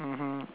mmhmm